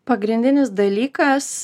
pagrindinis dalykas